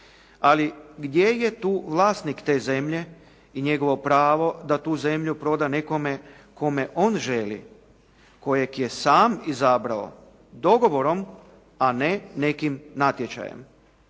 ali gdje je tu vlasnik te zemlje i njegovo pravo da tu zemlju proda nekome kome on želi, kojeg je sam izabrao dogovorom, a ne nekim natječajem.